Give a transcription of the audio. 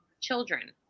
children